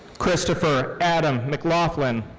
christopher adam mclaughlin.